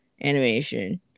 animation